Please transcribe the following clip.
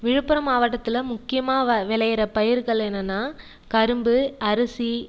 விழுப்புரம் மாவட்டத்தில் முக்கியமாக விளையிற பயிர்கள் என்னெனா கரும்பு அரிசி